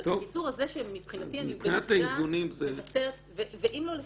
אבל הקיצור הזה שמבחינתי --- ואם לא,